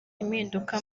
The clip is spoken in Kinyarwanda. impinduka